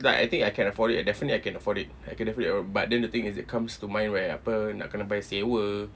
like I think I can afford it I definitely I can afford it I can afford it but then the thing is it comes to mind where apa nak kena bayar sewa